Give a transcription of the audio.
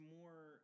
more